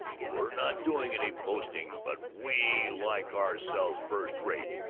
we're not doing any boasting, but we like ourselves first-rate,